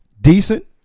Decent